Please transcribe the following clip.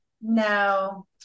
No